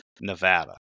Nevada